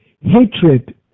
Hatred